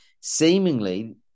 seemingly